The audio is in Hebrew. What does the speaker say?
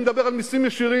לא מושלם.